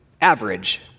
average